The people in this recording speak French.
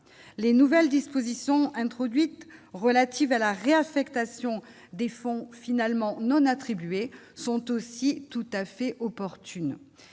les nouvelles dispositions introduites relatives à la réaffectation des fonds finalement non attribuées sont aussi tout à fait opportune,